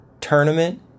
tournament